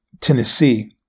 Tennessee